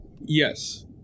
Yes